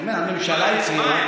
אני אומר: הממשלה הצהירה.